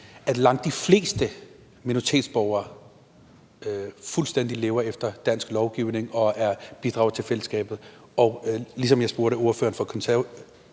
at langt de fleste minoritetsborgere lever fuldstændig efter dansk lovgivning og bidrager til fællesskabet? Og ligesom jeg spurgte ordføreren for Konservative,